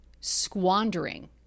squandering